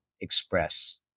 express